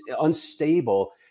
unstable